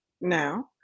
now